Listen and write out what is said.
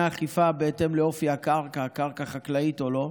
האכיפה בהתאם לאופי הקרקע קרקע חקלאית או לא,